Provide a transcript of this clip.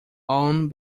own